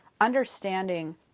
understanding